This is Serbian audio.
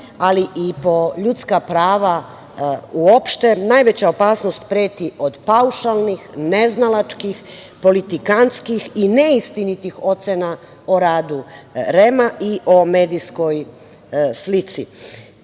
ali i po ljudska prava u opšte najveća opasnost preti od paušalnih, neznalačkih, politikanskih i neistinitih ocena o radu REM-a i o medijskoj slici